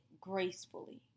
gracefully